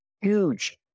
huge